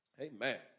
amen